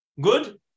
good